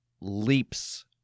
leaps